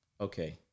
Okay